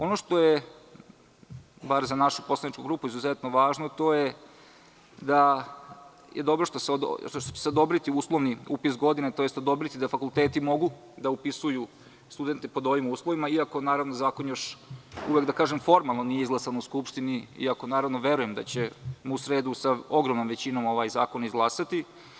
Ono što je bar za našu poslaničku grupu izuzetno važno je da je dobro što će se odobriti uslovni upis godine tj. odobriće se da fakulteti mogu da upisuju studente pod ovim uslovima iako zakon još uvek nije formalno izglasan u Skupštini, iako verujem da ćemo u sredu sa ogromnom većinom ovaj zakon izglasati.